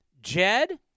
Jed